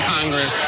Congress